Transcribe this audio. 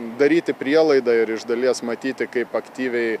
daryti prielaidą ir iš dalies matyti kaip aktyviai